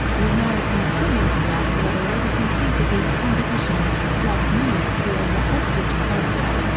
the american swimming star who had already completed his competitions, left munich during the hostage crisis.